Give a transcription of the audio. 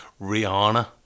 Rihanna